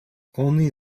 only